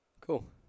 Cool